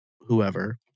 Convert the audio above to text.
whoever